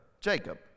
Jacob